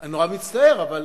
אני נורא מצטער, אבל